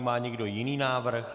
Má někdo jiný návrh?